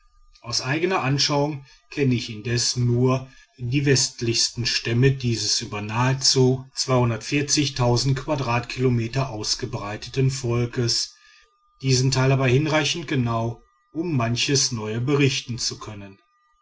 aus eigener anschauung kenne ich indes nur die westlichsten stämme dieses über nahezu quadratkilometer ausgebreiteten volkes diesen teil aber hinreichend genau um manches neue berichten zu können